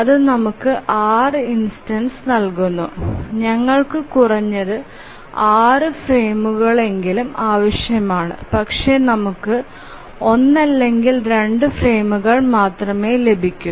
അത് നമുക്ക് 6 ഇൻസ്റ്റൻസ്സ് നൽകുന്നു ഞങ്ങൾക്ക് കുറഞ്ഞത് 6 ഫ്രെയിമുകളെങ്കിലും ആവശ്യമാണ് പക്ഷേ നമുക്ക് 1 അല്ലെങ്കിൽ 2 ഫ്രെയിമുകൾ മാത്രമേ ലഭിക്കൂ